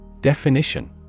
Definition